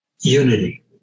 unity